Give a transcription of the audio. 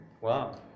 Wow